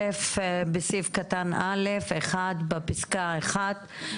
(א)בסעיף קטן (א) (1)בפסקה (1),